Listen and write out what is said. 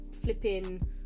flipping